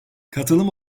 katılım